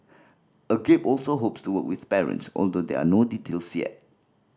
Agape also hopes to work with parents although there are no details yet